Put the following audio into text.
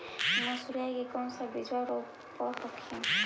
मसुरिया के कौन सा बिजबा रोप हखिन?